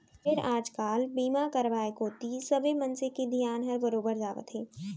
फेर आज काल बीमा करवाय कोती सबे मनसे के धियान हर बरोबर जावत हे